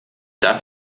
darf